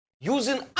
using